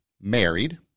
married